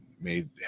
made